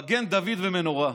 מגן דוד ומנורה.